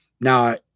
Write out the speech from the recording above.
now